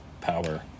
power